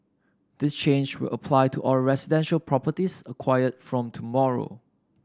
this change will apply to all residential properties acquired from tomorrow